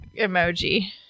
emoji